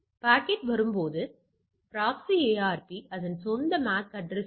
இது ஒருமுனை 95 ஆக இருந்தால் உங்கள் அட்டவணை உங்கள் அட்டவணை என்பது 26